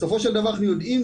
בסופו של דבר אנחנו יודעים,